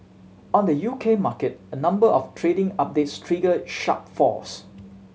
on the U K market a number of trading updates triggered sharp falls